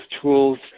tools